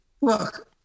look